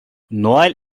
noel